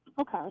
Okay